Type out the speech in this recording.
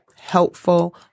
helpful